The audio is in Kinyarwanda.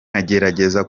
nkagerageza